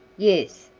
yes,